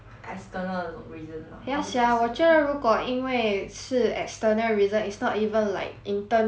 ya sia 我觉得如果因为是 external reason it's not even like intern 的人的本身的 problem